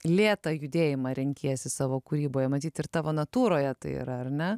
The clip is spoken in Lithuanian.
lėtą judėjimą renkiesi savo kūryboje matyt ir tavo natūroje tai yra ar ne